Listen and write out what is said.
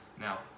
Now